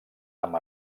amb